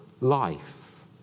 life